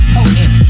Potent